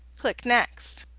click next.